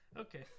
Okay